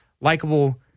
likable